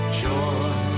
joy